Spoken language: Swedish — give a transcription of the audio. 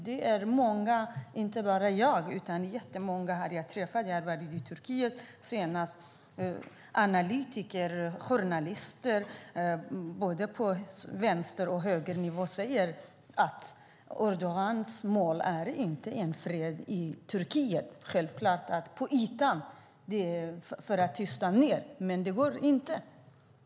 Det är inte bara jag, utan jättemånga som jag träffade i Turkiet när jag var där senast sade samma sak. Analytiker och journalister på både vänster och högersidan säger att Erdogans mål inte är fred i Turkiet. På ytan är det självfallet så, för att tysta ned det hela. Men det går inte.